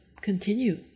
continue